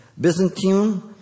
Byzantine